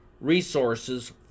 resources